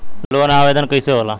Loan आवेदन कैसे होला?